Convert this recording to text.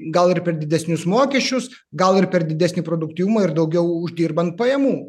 gal ir per didesnius mokesčius gal ir per didesnį produktyvumą ir daugiau uždirbant pajamų